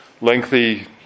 lengthy